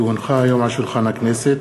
כי הונחו היום על שולחן הכנסת,